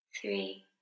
three